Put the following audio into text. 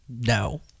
No